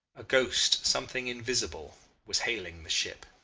a ghost, something invisible was hailing the ship.